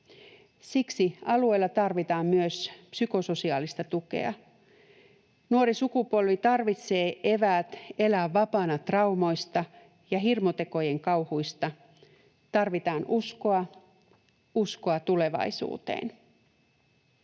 Siksi alueella tarvitaan myös psykososiaalista tukea. Nuori sukupolvi tarvitsee eväät elää vapaana traumoista ja hirmutekojen kauhuista. Tarvitaan uskoa, uskoa tulevaisuuteen.